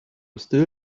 still